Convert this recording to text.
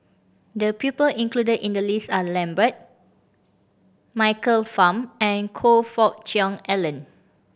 the people included in the list are Lambert Michael Fam and Choe Fook Cheong Alan